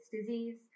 disease